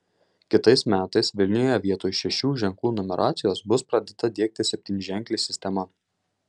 kitais metais vilniuje vietoj šešių ženklų numeracijos bus pradėta diegti septynženklė sistema